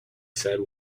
said